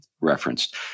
referenced